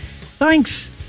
Thanks